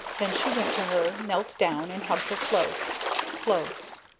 then she went to her, knelt down and hugged her close close.